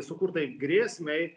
sukurtai grėsmei